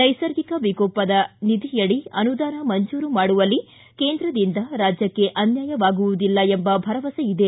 ನೈಸರ್ಗಿಕ ವಿಕೋಪದ ನಿಧಿಯಡಿ ಅನುದಾನ ಮಂಜೂರು ಮಾಡುವಲ್ಲಿ ಕೇಂದ್ರದಿಂದ ರಾಜ್ಯಕ್ಕೆ ಅನ್ಯಾಯವಾಗುವುದಿಲ್ಲ ಎಂಬ ಭರವಸೆ ಇದೆ